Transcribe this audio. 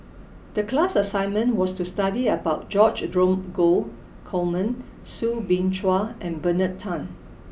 the class assignment was to study about George Dromgold Coleman Soo Bin Chua and Bernard Tan